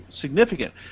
significant